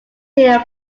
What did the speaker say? here